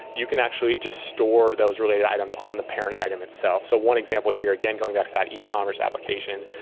you can actually just store those related items on the parent item itself. so one example here, again, going back that ecommerce application.